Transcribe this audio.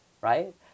right